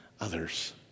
others